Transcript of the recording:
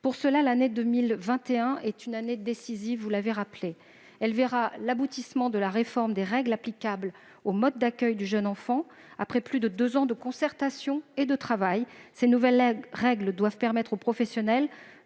égard, l'année 2021 sera décisive, comme vous l'avez rappelé. Elle verra, en effet, l'aboutissement de la réforme des règles applicables aux modes d'accueil du jeune enfant, après plus de deux ans de concertation et de travail. Ces nouvelles règles doivent permettre aux professionnels